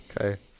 Okay